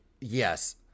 Yes